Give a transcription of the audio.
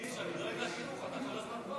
קיש, אני דואג לחינוך, אתה כל הזמן פה.